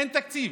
אין תקציב.